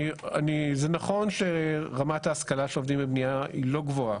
זה נכון שרמת ההשכלה של עובדים בבנייה היא לא גבוהה,